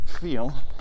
Feel